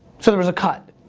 so there was a cut.